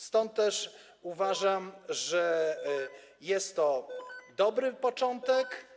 Stąd też uważam, że jest to dobry początek.